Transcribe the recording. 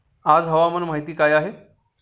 आज हवामान माहिती काय आहे?